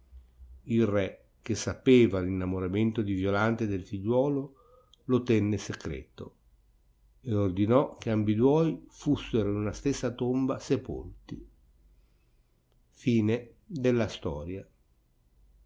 il re che sapeva l'innamoramento di violante e del figliuolo lo tenne secreto e ordinò che ambiduoi fussero in una stessa tomba sepolti già